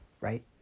Right